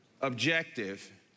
objective